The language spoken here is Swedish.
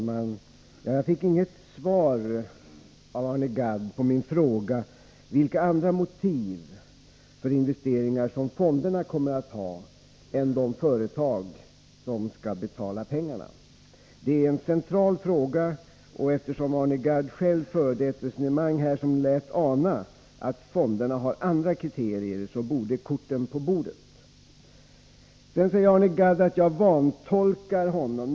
Herr talman! Jag fick inget svar av Arne Gadd på min fråga vilka andra motiv för investeringar som fonderna kommer att ha än de företag som skall betala pengarna. Det är en central fråga, och eftersom Arne Gadd själv förde ett resonemang som lät ana att fonderna har andra kriterier borde korten komma på bordet. Sedan säger Arne Gadd att jag vantolkar honom.